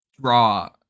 draw